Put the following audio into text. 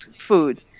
food